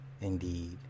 indeed